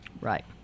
Right